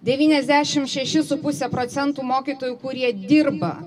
devyniasdešimt šeši su puse procentų mokytojų kurie dirba